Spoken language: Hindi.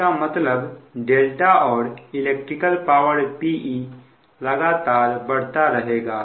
इसका मतलब δ और इलेक्ट्रिकल पावर Pe लगातार बढ़ता रहेगा